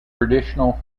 traditional